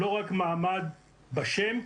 לא רק מעמד בשם,